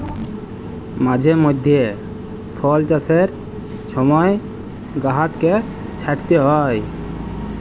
মাঝে মইধ্যে ফল চাষের ছময় গাহাচকে ছাঁইটতে হ্যয়